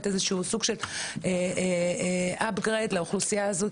איזה שהוא סוג של upgrade לאוכלוסייה הזאת.